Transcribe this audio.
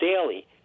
daily